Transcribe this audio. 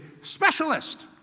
specialist